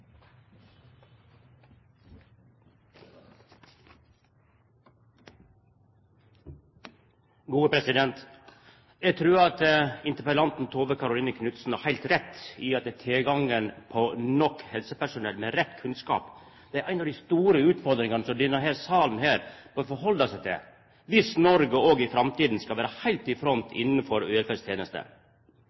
Eg trur at interpellanten Tove Karoline Knutsen har heilt rett i at tilgangen på nok helsepersonell med rett kunnskap er ei av dei store utfordringane som denne salen må ta omsyn til, viss Noreg òg i framtida skal vera heilt i front innanfor velferdstenester.